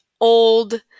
old